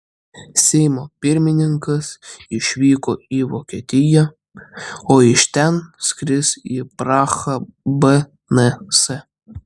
seimo pirmininkas išvyko į vokietiją o iš ten skris į prahą bns